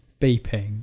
beeping